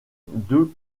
deux